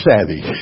savvy